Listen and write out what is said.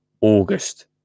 August